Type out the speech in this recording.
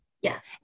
Yes